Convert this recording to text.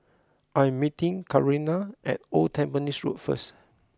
I am meeting Karina at Old Tampines Road first